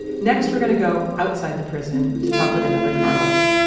next we're going to go outside the prison to talk with another carlos.